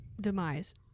demise